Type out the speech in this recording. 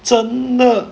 真的